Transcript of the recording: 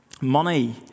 money